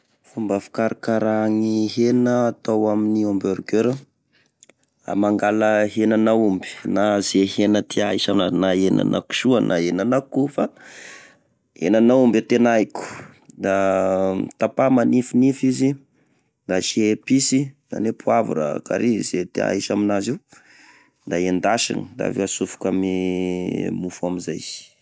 Fomba fikarakaraha ny hena atao amin'ny hamburger: mangala henan'aomby na izay hena tia aisy enazy na henana kisoa na henan'akoho fa henan'aomby e tena haiko! da tapaha manifinify izy, da asia epice, zany hoe: poivre, karry zay tia aisy aminazy io, da endasina da avy eo asofoka ame mofo amizay.